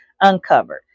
uncovered